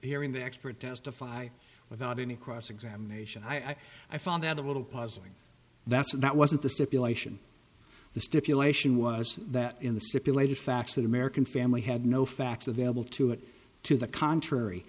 hearing the expert testify without any cross examination i i found out a little puzzling that's that wasn't the stipulation the stipulation was that in the stipulated facts that american family had no facts available to it to the contrary